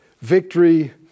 victory